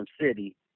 city